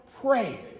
Pray